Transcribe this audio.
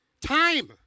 Time